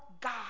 God